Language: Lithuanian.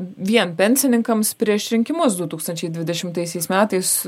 vien pensininkams prieš rinkimus du tūkstančiai dvidešimtaisiais metais